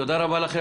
תודה לכם,